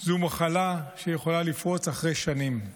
זו מחלה שיכולה לפרוץ אחרי שנים.